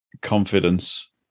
confidence